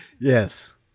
Yes